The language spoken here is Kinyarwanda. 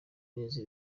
neza